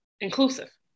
inclusive